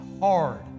hard